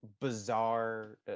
bizarre